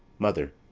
mother.